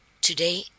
Today